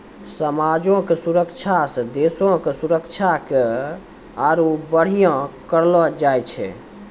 समाजो के सुरक्षा से देशो के सुरक्षा के आरु बढ़िया करलो जाय छै